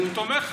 הוא תומך בזה.